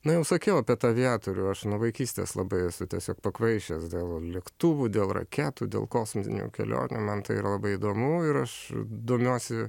na jau sakiau apie tą aviatorių aš nuo vaikystės labai esu tiesiog pakvaišęs dėl lėktuvų dėl raketų dėl kosminių kelionių man tai yra labai įdomu ir aš domiuosi